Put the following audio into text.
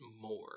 more